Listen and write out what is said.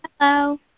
Hello